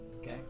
Okay